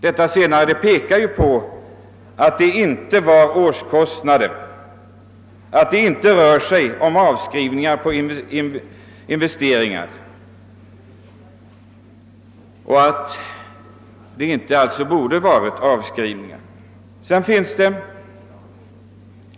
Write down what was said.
Det pekar ju på att det inte gäller årskostnader och att det inte handlar om avskrivningar på investeringar och att det alltså inte borde ha varit avskrivningar.